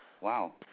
Wow